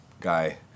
guy